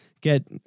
get